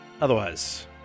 Otherwise